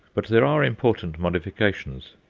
but there are important modifications.